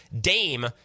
Dame